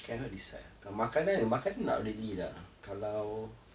cannot decide ah kalau makanan makanan nak kena lit ah